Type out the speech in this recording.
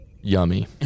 Yummy